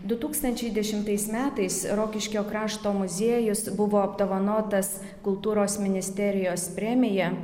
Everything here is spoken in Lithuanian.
du tūkstančiai dešimtais metais rokiškio krašto muziejus buvo apdovanotas kultūros ministerijos premija